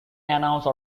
announced